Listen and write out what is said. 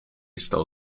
still